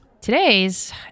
Today's